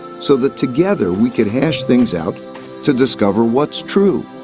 so that together we could hash things out to discover what's true.